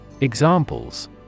Examples